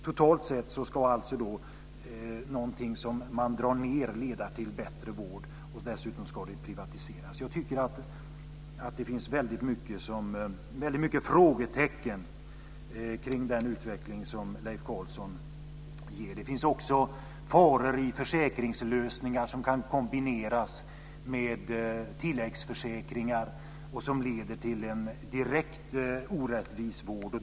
Totalt sett ska någonting som man drar ned leda till bättre vård. Dessutom ska det privatiseras. Jag tycker att det finns väldigt många frågetecken kring den utveckling som Leif Carlson förespråkar. Det finns också faror i försäkringslösningar som kan kombineras med tilläggsförsäkringar och som leder till en direkt orättvis vård.